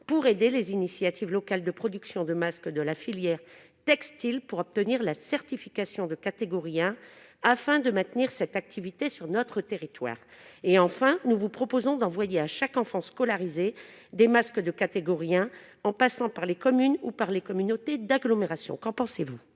pour aider les initiatives locales de production de masques de la filière textile à obtenir la certification de catégorie 1 afin de maintenir cette activité sur notre territoire ? Enfin, monsieur le ministre, nous vous proposons d'envoyer à chaque enfant scolarisé des masques de catégorie 1, par le biais des communes ou des communautés d'agglomération. Qu'en pensez-vous ?